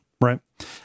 right